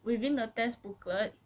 within the test booklet